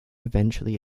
eventually